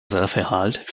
sachverhalt